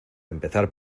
empezar